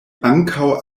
ankaŭ